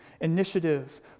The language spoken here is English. initiative